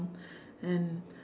and